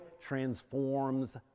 transforms